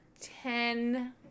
ten